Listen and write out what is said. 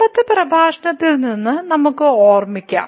മുമ്പത്തെ പ്രഭാഷണത്തിൽ നിന്ന് നമുക്ക് ഓർമിക്കാം